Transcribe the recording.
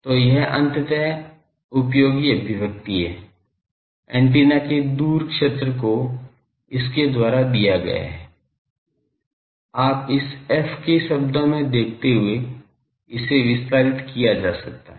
तो यह अंततः उपयोगी अभिव्यक्ति है एंटीना के दूर क्षेत्र को इसके द्वारा दिया गया है आप इस f के शब्दों में देखते हैं इसे विस्तारित किया जा सकता है